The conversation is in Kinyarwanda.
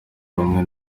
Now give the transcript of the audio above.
rumwe